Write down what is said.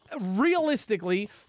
Realistically